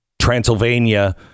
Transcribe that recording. Transylvania